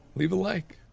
leave a like.